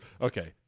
Okay